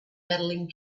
medaling